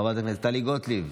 חברת הכנסת טלי גוטליב,